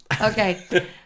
Okay